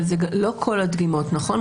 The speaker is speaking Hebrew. אבל זה לא כל הדגימות, נכון?